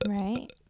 Right